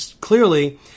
clearly